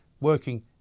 working